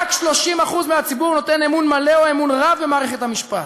רק 30% מהציבור נותן אמון מלא או אמון רב במערכת המשפט.